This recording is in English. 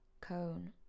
Cone